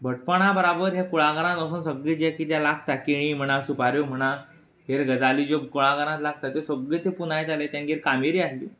भटपणा बराबर हें कुळागरांत वचोन सगळें जें कितें लागता केळीं म्हणा सुपाऱ्यो म्हणा हेर गजाली ज्यो कुळागरांत लागता त्यो मागीर त्यो पुंजायताले तेंगेर कामेरी आहलीं